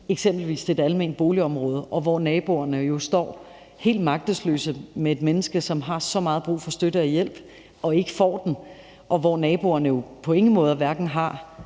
eksempelvis til et alment boligområde, hvor naboerne står helt magtesløse med et menneske, som har så meget brug for støtte og hjælp og ikke får den, og hvor naboerne jo på ingen måde hverken har